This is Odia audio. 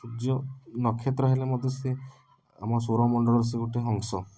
ସୂର୍ଯ୍ୟ ନକ୍ଷତ୍ର ହେଲେ ମଧ୍ୟ ସେ ଆମ ସୌରମଣ୍ଡଳର ସେ ଗୋଟେ ଅଂଶ